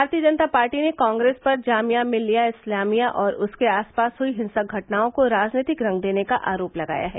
भारतीय जनता पार्टी ने कांग्रेस पर जामिया मिल्लिया इस्लामिया और उसके आसपास हुई हिंसक घटनाओं को राजनीतिक रंग देने का आरोप लगाया है